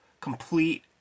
complete